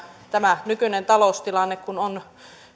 tämä nykyinen taloustilanne on